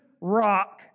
rock